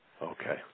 Okay